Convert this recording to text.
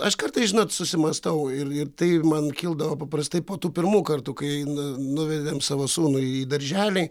aš kartais žinot susimąstau ir ir tai man kildavo paprastai po tų pirmų kartų kai nuvedėm savo sūnų į darželį